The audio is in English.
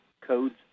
codes